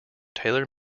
taylor